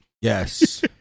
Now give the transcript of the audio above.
Yes